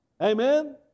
Amen